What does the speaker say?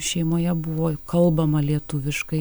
šeimoje buvo kalbama lietuviškai